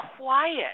quiet